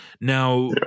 Now